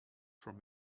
from